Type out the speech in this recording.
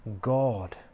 God